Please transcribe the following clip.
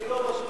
אני לא בטוח.